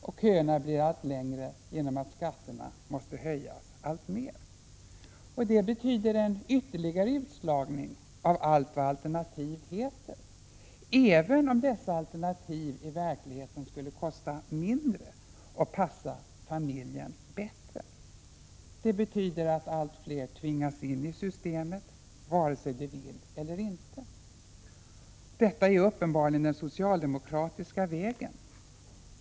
Men köerna blir allt längre genom att skatterna måste höjas. Detta betyder en ytterligare utslagning av allt vad alternativ heter, även om dessa alternativ i verkligheten skulle kosta mindre och passa familjerna bättre. Det betyder att allt fler tvingas in i systemet, vare sig de vill det eller inte. Detta är uppenbarligen den socialdemokratiska vägen.